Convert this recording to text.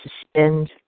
suspend